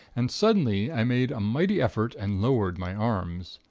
and suddenly i made a mighty effort and lowered my arms.